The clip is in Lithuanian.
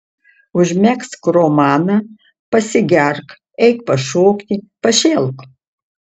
užmegzk romaną pasigerk eik pašokti pašėlk